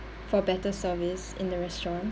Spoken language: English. for better service in the restaurant